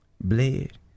bled